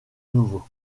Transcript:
nouveau